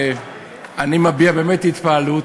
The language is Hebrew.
אני מביע באמת התפעלות,